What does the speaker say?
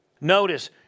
Notice